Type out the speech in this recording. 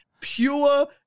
pure